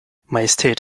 majestät